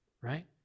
Right